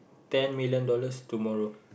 ten million dollars tomorrow